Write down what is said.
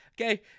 okay